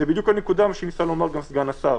זו בדיוק הנקודה שניסה לומר גם סגן השר.